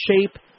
shape